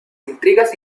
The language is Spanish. intrigas